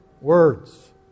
Words